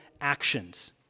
actions